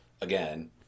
again